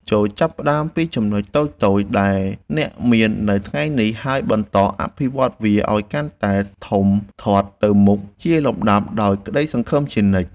ចូរចាប់ផ្តើមពីចំណុចតូចៗដែលអ្នកមាននៅថ្ងៃនេះ ហើយបន្តអភិវឌ្ឍវាឱ្យកាន់តែធំធាត់ទៅមុខជាលំដាប់ដោយក្តីសង្ឃឹមជានិច្ច។